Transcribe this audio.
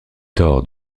tort